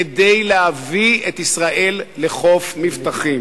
כדי להביא את ישראל לחוף מבטחים?